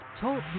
Talk